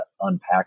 unpack